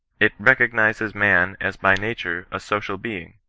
it recognizes man as by nature a social being.